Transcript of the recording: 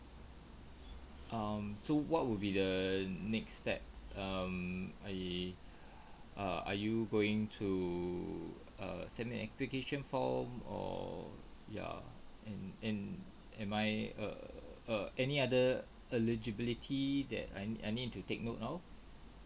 um so what would be the next step um I err are you going to err send the application form or ya and and am I err err any other eligibility that I need I need to take note of